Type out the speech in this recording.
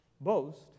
boast